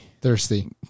Thirsty